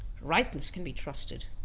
ripeness can be trusted.